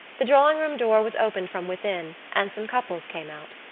the drawing-room door was opened from within and some couples came out.